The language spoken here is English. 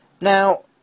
Now